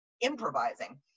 improvising